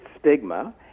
stigma